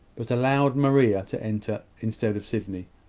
but allowing maria to enter instead of sydney.